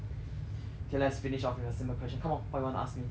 K let's finish off with a simple question come on what wanna ask me me within the one minute